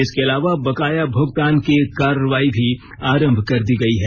इसके अलावा बकाया भुगतान की कार्रवाई भी आरंभ कर दी गई है